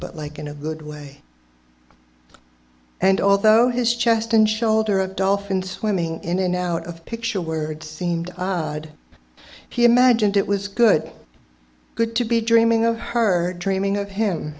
but like in a good way and although his chest and shoulder of dolphins swimming in and out of picture where it seemed odd he imagined it was good good to be dreaming of her dreaming of him